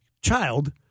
child